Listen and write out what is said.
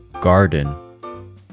Garden